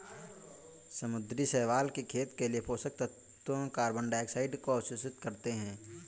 समुद्री शैवाल के खेत के लिए पोषक तत्वों कार्बन डाइऑक्साइड को अवशोषित करते है